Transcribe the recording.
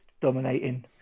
dominating